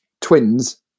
twins